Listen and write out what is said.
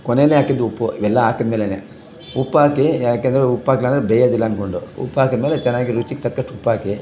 ಕೊನೆಲೇ ಹಾಕಿದ್ ಉಪ್ಪು ಇವೆಲ್ಲ ಹಾಕಿದ್ಮೇಲೆನೇ ಉಪ್ಪಾಕಿ ಯಾಕೆಂದರೆ ಉಪ್ಪಾಕ್ಕಿಲ್ಲ ಅಂದರೆ ಬೇಯೋದಿಲ್ಲ ಅನ್ಕೊಂಡು ಉಪ್ಪಾಕಿದ್ಮೇಲೆ ಚೆನ್ನಾಗಿ ರುಚಿಗೆ ತಕ್ಕಷ್ಟು ಉಪ್ಪಾಕಿ